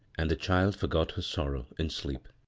and the child lorgot her sorrow in sleep.